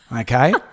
Okay